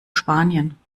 spanien